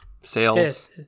sales